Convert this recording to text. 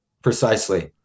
Precisely